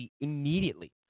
immediately